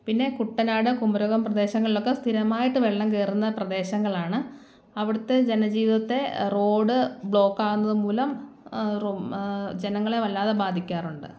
പിന്നെ കുട്ടനാട് കുമരകം പ്രദേശങ്ങളിലൊക്കെ സ്ഥിരമായിട്ട് വെള്ളം കയറുന്ന പ്രദേശങ്ങളാണ് അവിടുത്തെ ജന ജീവിതത്തെ റോഡ് ബ്ലോക്ക് ആകുന്നതു മൂലം ജനങ്ങളെ വല്ലാതെ ബാധിക്കാറ്ണ്ട്